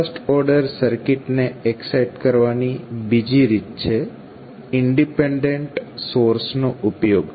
first order circuit ને excite કરવાની બીજી રીત છે ઇંડિપેંડંટ સોર્સનો ઉપયોગ